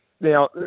Now